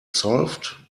solved